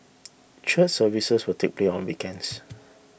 church services will take play on weekends